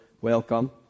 welcome